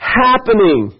happening